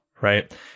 Right